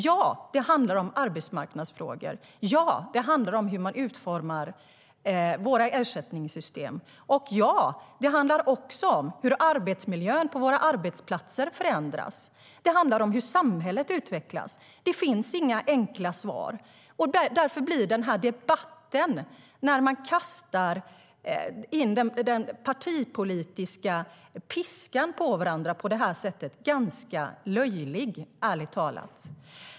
Ja, det handlar om arbetsmarknadsfrågor och om hur man utformar våra ersättningssystem. Ja, det handlar också om hur arbetsmiljön på våra arbetsplatser förändras. Det handlar om hur samhället utvecklas. Det finns inga enkla svar. Därför blir den här debatten, där man kastar den partipolitiska piskan på varandra på det här sättet, ganska löjlig, ärligt talat.